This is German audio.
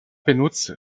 benutzt